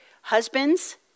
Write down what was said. husbands